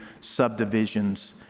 subdivisions